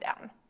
down